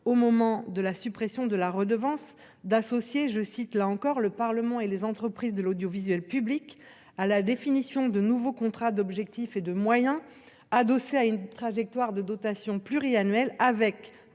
au moment de la suppression de la redevance d'associer « le Parlement et les entreprises de l'audiovisuel public » à la définition des nouveaux contrats d'objectifs et de moyens (COM) adossés à une trajectoire de dotation pluriannuelle avec